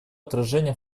отражение